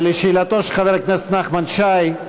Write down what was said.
לשאלתו של חבר הכנסת נחמן שי,